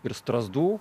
ir strazdų